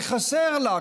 וחסר לה,